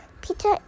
Peter